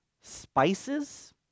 spices